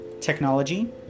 Technology